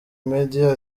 media